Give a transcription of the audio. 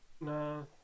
No